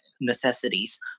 necessities